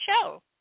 show